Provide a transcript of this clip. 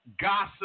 Gossip